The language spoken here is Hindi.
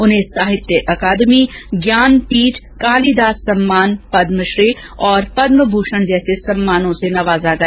उन्हें साहित्य अकादमी ज्ञानपीठ कालीदास सम्मान पदमश्री और पदमभूषण जैसे सम्मानों से नवाजा गया